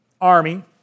army